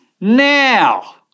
now